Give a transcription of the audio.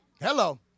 Hello